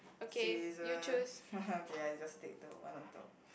scissors okay I just take the one on top